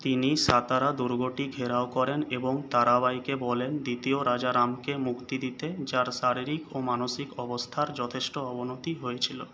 তিনি সাতারা দুর্গটি ঘেরাও করেন এবং তারাবাইকে বলেন দ্বিতীয় রাজারামকে মুক্তি দিতে যার শারীরিক ও মানসিক অবস্থার যথেষ্ট অবনতি হয়েছিল